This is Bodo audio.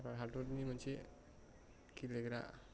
हाग्रा हादोरनि मोनसे गेलेग्रा